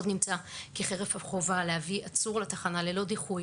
עוד נמצא כי חרף החובה להביא עצור לתחנה ללא דיחוי